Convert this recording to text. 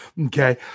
okay